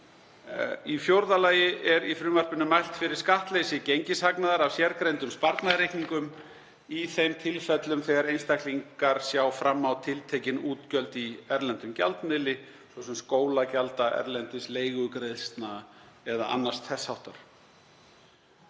Í fjórða lagi er í frumvarpinu mælt fyrir skattleysi gengishagnaðar af sérgreindum sparnaðarreikningum í þeim tilfellum þegar einstaklingar sjá fram á tiltekin útgjöld í erlendum gjaldmiðli, svo sem til skólagjalda erlendis, leigugreiðslna eða annars þess háttar,